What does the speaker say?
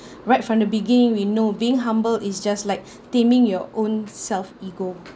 right from the beginning we know being humble is just like taming your own self ego